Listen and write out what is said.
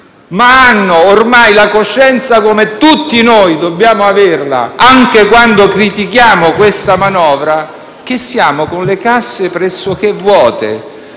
ma hanno ormai la coscienza, come tutti noi dobbiamo avere anche quando critichiamo questa manovra, che siamo con le casse pressoché vuote.